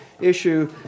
issue